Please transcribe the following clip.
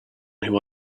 who